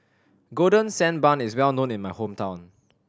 Golden Sand Bun is well known in my hometown